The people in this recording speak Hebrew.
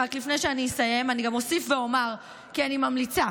רק לפני שאני אסיים אני גם אוסיף ואומר כי אני ממליצה